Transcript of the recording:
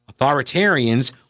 Authoritarians